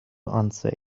unsay